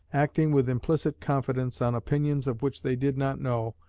acting with implicit confidence on opinions of which they did not know,